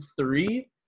three